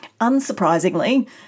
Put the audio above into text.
unsurprisingly